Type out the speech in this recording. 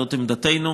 זאת עמדתנו.